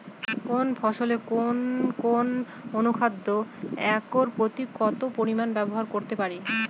কোন ফসলে কোন কোন অনুখাদ্য একর প্রতি কত পরিমান ব্যবহার করতে পারি?